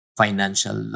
financial